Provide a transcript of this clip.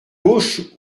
gauche